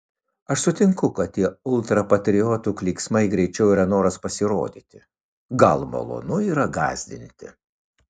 aš sutinku kad tie ultrapatriotų klyksmai greičiau yra noras pasirodyti gal malonu yra gąsdinti